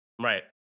Right